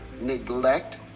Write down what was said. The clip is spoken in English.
neglect